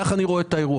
כך אני רואה את האירוע.